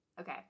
Okay